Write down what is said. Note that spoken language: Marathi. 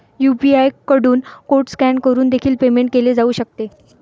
यू.पी.आय कडून कोड स्कॅन करून देखील पेमेंट केले जाऊ शकते